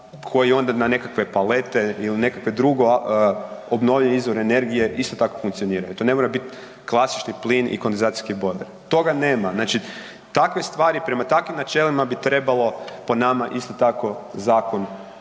koji onda na nekakve palete ili nekakve druge obnovljive izbore energije isto tako funkcioniraju. To ne moraju biti klasični plin i kondenzacijski bojler. Toga nema. Znači takve stvari, prema takvim načelima bi trebalo po nama isto tako zakon